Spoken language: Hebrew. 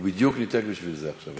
הוא בדיוק ניתק בשביל זה עכשיו.